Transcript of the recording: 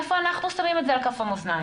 איפה אנחנו שמים את זה על כף המאזניים?